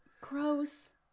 gross